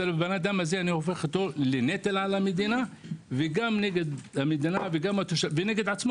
אני הופך אותו לנטל על המדינה וגם נגד המדינה ונגד עצמו